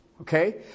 Okay